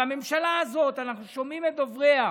והממשלה הזאת, אנחנו שומעים את דובריה,